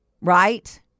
Right